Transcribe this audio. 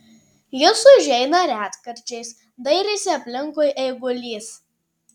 jis užeina retkarčiais dairėsi aplinkui eigulys